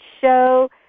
show